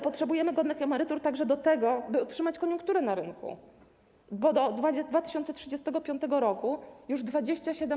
Potrzebujemy godnych emerytur także do tego, by utrzymać koniunkturę na rynku, bo do 2035 r. już 27%